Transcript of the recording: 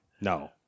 No